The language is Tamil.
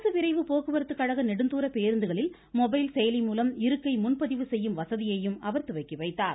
அரசு விரைவு போக்குவரத்துக் கழக நெடுந்துரப் பேருந்துகளில் மொபைல் செயலி மூலம் இருக்கை முன்பதிவு செய்யும் வசதியையும் அவர் துவக்கி வைத்தார்